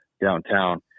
downtown